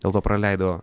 dėl to praleido